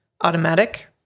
automatic